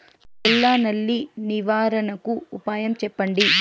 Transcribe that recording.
తెల్ల నల్లి నివారణకు ఉపాయం చెప్పండి?